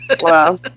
Wow